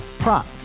Prop